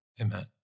Amen